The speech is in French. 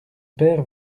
père